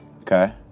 Okay